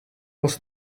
was